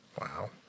Wow